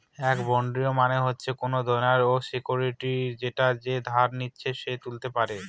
একটি বন্ড মানে হচ্ছে কোনো দেনার সিকুইরিটি যেটা যে ধার নিচ্ছে সে তুলতে পারে